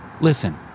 Listen